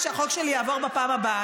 שהחוק שלי יעבור בפעם הבאה,